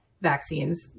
vaccines